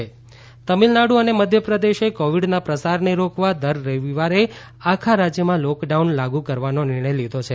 તમિલનાડુ મધ્યપ્રદેશ તમિલનાડુ અને મધ્યપ્રદેશે કોવિડના પ્રસારને રોકવા દર રવિવારે આખા રાજ્યમાં લોકડાઉન લાગુ કરવાનો નિર્ણય લીધો છે